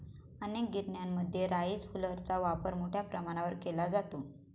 अनेक गिरण्यांमध्ये राईस हुलरचा वापर मोठ्या प्रमाणावर केला जातो